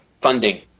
funding